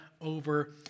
over